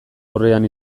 aurrean